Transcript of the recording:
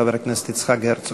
חבר הכנסת יצחק הרצוג.